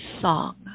song